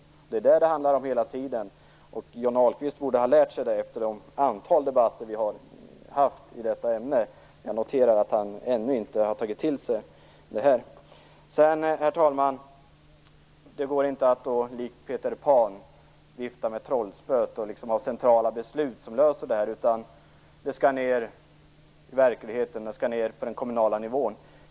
Det är detta som det handlar om hela tiden, vilket Johnny Ahlqvist borde ha lärt sig efter det antal debatter som vi har haft i detta ämne. Jag noterar att han ännu inte har tagit till sig det. Sedan, herr talman, går det inte att likt Peter Pan vifta med trollspöet och med några centrala beslut lösa det hela, utan det skall ned i verkligheten, på den kommunala nivån.